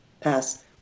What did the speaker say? Pass